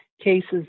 cases